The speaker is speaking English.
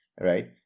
right